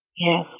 Yes